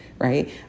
right